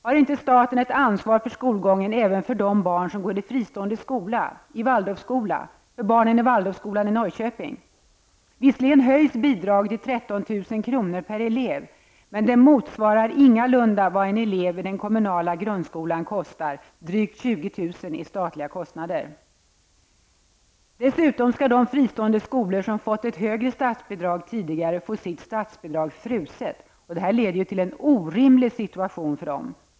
Har inte staten ett ansvar för skolgången även för de barn som går i fristående skola, i Waldorfskola? För barnen i Visserligen höjs bidraget till 13 000 kr. per elev, men det motsvarar ingalunda vad en elev i den kommunala grundskolan kostar, nämligen drygt Dessutom skall de fristående skolor som tidigare fått ett högre statsbidrag få sitt statsbidrag fruset. Detta leder till en orimlig situation för dem.